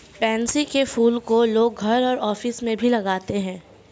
pansy के फूल को लोग घर और ऑफिस में भी लगाते है